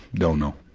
don't know.